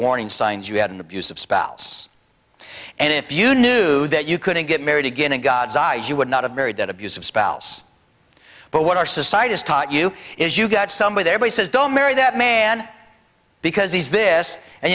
warning signs you had an abusive spouse and if you knew that you couldn't get married again in god's eyes you would not have married that abusive spouse but what our society has taught you is you've got some of their bases don't marry that man because he's this and